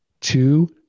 two